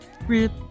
Rip